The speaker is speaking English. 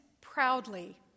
proudly